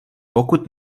pokud